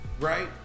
right